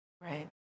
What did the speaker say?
Right